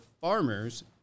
farmers